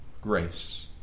Grace